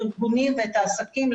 יש חופים מוכרזים וחופים לא מוכרזים.